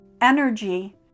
energy